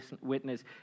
witness